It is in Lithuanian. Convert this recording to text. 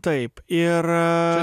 taip ir